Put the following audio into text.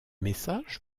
messages